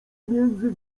między